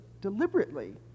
deliberately